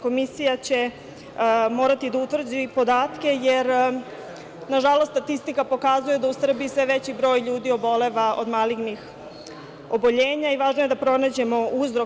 Komisija će morati da utvrdi podatke, jer nažalost, statistika pokazuje da u Srbiji sve veći broj ljudi oboleva od malignih oboljenja i važno je da pronađemo uzrok.